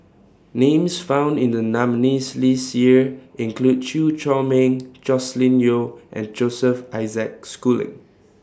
Names found in The nominees' list Year include Chew Chor Meng Joscelin Yeo and Joseph Isaac Schooling